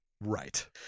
Right